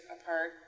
apart